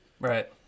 Right